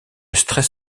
stress